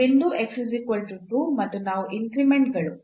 ಇಲ್ಲಿ ಬಿಂದು ಮತ್ತು ಇವು ಇನ್ಕ್ರಿಮೆಂಟ್ ಗಳು